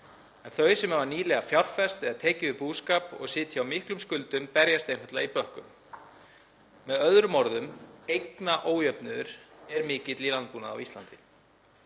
En þau sem hafa nýlega fjárfest eða tekið við búskap og sitja á miklum skuldum berjast einfaldlega í bökkum. Með öðrum orðum: Eignaójöfnuður er mikill í landbúnaði á Íslandi.